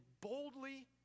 boldly